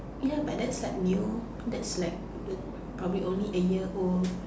ya but that's like new that's like the probably almost a year old